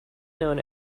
known